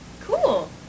cool